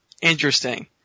interesting